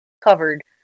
covered